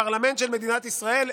הפרלמנט של מדינת ישראל,